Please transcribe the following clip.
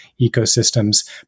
ecosystems